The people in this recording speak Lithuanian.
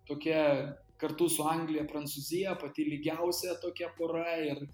tokia kartu su anglija prancūzija pati lygiausia tokia pora ir